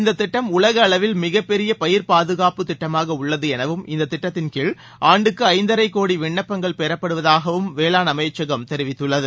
இந்த திட்டம் உலக அளவில் மிகப் பெரிய பயிர் பாதுகாப்பு திட்டமாக உள்ளது எனவும் இத்திட்டத்தின் கீழ் ஆண்டுக்கு ஐந்தரை கோடி விண்ணப்பங்கள் பெறப்படுவதாகவும் வேளாண் அமைச்சகம் தெரிவித்துள்ளது